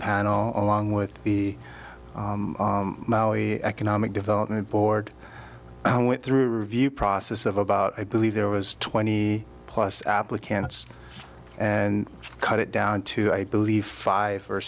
panel along with the economic development board i went through review process of about i believe there was twenty plus applicants and cut it down to i believe five or